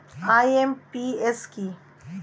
IMPS কি?